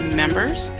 members